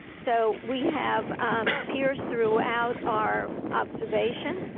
so, we have peers throughout our observation,